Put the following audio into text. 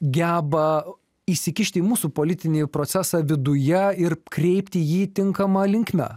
geba įsikišt į mūsų politinį procesą viduje ir kreipti jį tinkama linkme